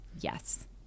yes